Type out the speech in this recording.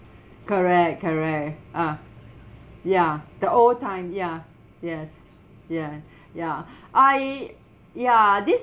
correct correct ah ya the old time ya yes ya yeah I ya this